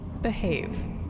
behave